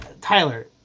Tyler